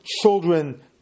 children